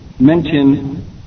mention